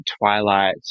twilight